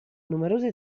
numerose